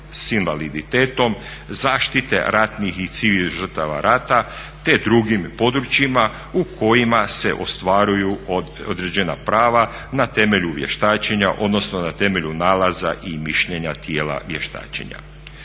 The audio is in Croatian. s invaliditetom, zaštite ratnih i civilnih žrtava rata te drugim područjima u kojima se ostvaruju određena prava na temelju vještačenja, odnosno na temelju nalaza i mišljenja tijela vještačenja.